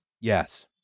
Yes